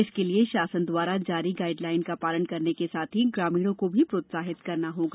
इसके लिए शासन द्वारा जारी गाइड लाइन का पालन करने के साथ ही ग्रामीणों को भी प्रोत्साहित करना होगा